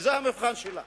וזה המבחן שלה.